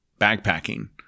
backpacking